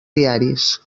diaris